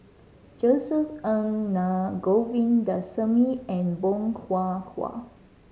Josef Ng Naa Govindasamy and Bong Hwa Hwa